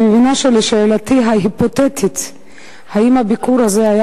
אני מבינה שעל שאלתי ההיפותטית האם הביקור הזה היה